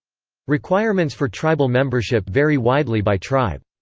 requirements for tribal membership vary widely by tribe.